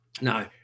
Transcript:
no